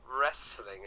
wrestling